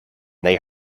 they